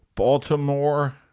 Baltimore